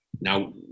now